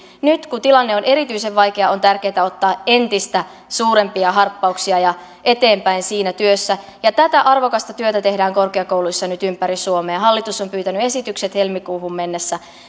nyt kun tilanne on erityisen vaikea on tärkeää ottaa entistä suurempia harppauksia eteenpäin siinä työssä ja tätä arvokasta työtä tehdään korkeakouluissa nyt ympäri suomea hallitus on pyytänyt esitykset helmikuuhun mennessä